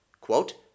quote